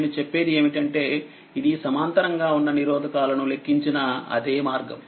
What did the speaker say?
నేను చెప్పేది ఏమిటంటే ఇది సమాంతరంగా ఉన్న నిరోధకాలను లెక్కించిన అదే మార్గం